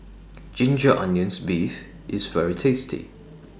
Ginger Onions Beef IS very tasty